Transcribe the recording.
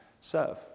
serve